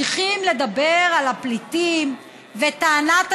וממשיכים לדבר על הפליטים וטענת השיבה.